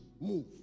move